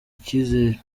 icyizere